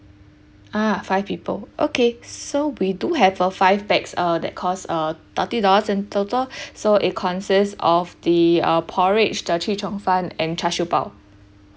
ah five people okay so we do have a five pax uh that cost uh thirty dollars in total so it consists of the um porridge the chee cheong fun and char siew bao